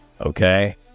Okay